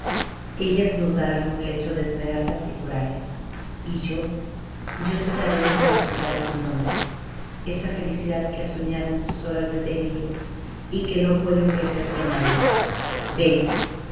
ellas nos darán un lecho de esmeraldas y corales y yo yo te daré una felicidad sin nombre esa felicidad que has soñado en tus horas de delirio y que no puede ofrecerte nadie ven